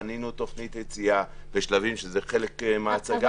בנינו תוכנית יציאה בשלבים שזה חלק ממה שאנחנו רוצים להציג פה.